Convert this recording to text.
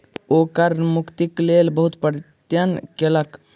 ओ कर मुक्तिक लेल बहुत प्रयत्न कयलैन